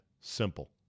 simple